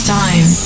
time